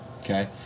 Okay